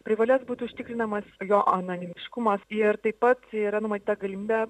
privalės būti užtikrinamas jo anonimiškumas ir taip pat yra numatyta galimybė